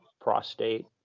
prostate